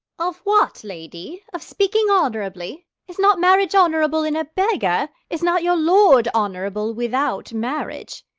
of what, lady? of speaking honourably? is not marriage honourable in a beggar? is not your lord honourable without marriage?